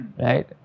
right